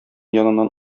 яныннан